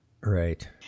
Right